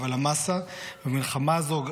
אבל המאסה במלחמה הזאת,